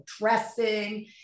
dressing